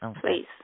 Please